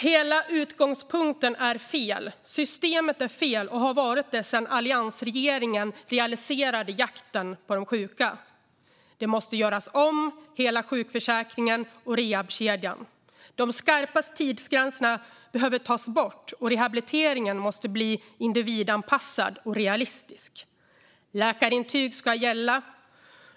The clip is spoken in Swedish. Hela utgångspunkten är fel. Systemet är fel och har varit det sedan alliansregeringen realiserade jakten på de sjuka. Hela sjukförsäkringen och rehabkedjan måste göras om. De skarpa tidsgränserna behöver tas bort, och rehabiliteringen måste bli individanpassad och realistisk. Läkarintyg ska gälla.